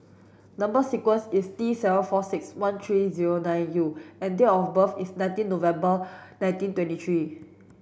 number sequence is T seven four six one three zero nine U and date of birth is nineteen November nineteen twenty three